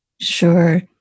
Sure